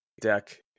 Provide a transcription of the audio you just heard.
deck